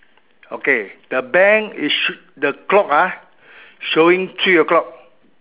okay the bank is sh~ the clock ah showing three o-clock